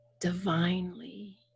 divinely